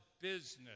business